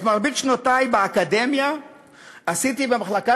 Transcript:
את מרבית שנותי באקדמיה עשיתי במחלקה